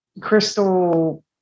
Crystal